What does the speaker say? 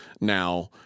now